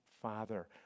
Father